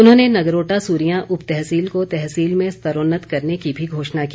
उन्होंने नगरोटा सूरियां उपतहसील को तहसील में स्तरोन्नत करने की भी घोषणा की